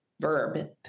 verb